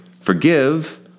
Forgive